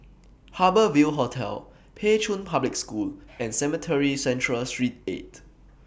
Harbour Ville Hotel Pei Chun Public School and Cemetry Central Street eight